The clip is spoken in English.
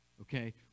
okay